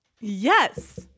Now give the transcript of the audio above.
Yes